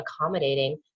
accommodating